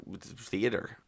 theater